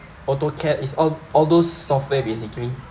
AutoCAD is all all those software basically